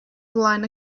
flaen